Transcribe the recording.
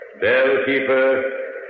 Bellkeeper